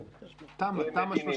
זאת הוכחה